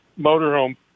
motorhome